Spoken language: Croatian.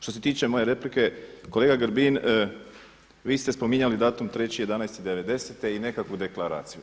Što se tiče moje replike kolega Grbin vi ste spominjali datum 3.11.'90. i nekakvu deklaraciju.